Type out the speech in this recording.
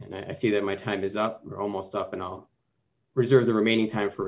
and i feel that my time is up almost up and i'll reserve the remaining time for